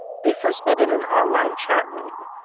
they first met in an online chatroom.